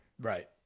Right